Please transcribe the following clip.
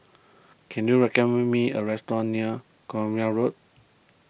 can you recommend me a restaurant near Cornwall Road